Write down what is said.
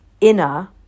inner